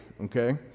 okay